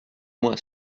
moi